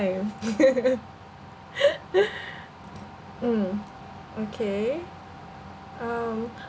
mm okay um